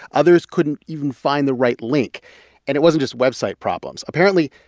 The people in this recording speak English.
others couldn't even find the right link and it wasn't just website problems. apparently,